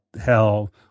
hell